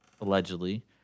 allegedly